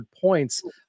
points